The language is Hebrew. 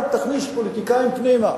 אל תכניס פוליטיקאים פנימה.